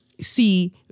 See